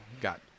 got